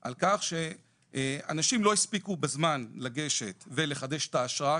על כך שאנשים לא הספיקו בזמן לגשת ולחדש את האשרה,